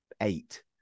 eight